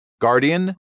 Guardian